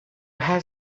have